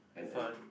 have fun